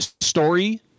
story